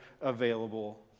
available